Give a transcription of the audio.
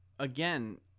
Again